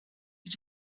you